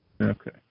Okay